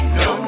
no